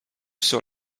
sur